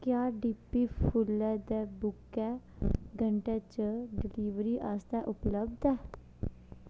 क्या D P सुक्के फुल्लें दे बुके दो घैंटें च डलीवरी आस्तै उपलब्ध ऐ